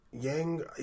Yang